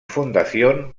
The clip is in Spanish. fundación